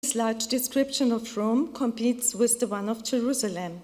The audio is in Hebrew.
‫התיאור הרב הזה של רומי מתחרה עם זו של ירושלים.